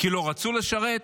כי לא רצו לשרת,